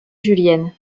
julienne